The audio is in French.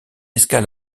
escale